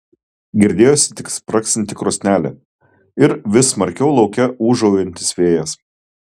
girdėjosi tik spragsinti krosnelė ir vis smarkiau lauke ūžaujantis vėjas